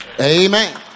Amen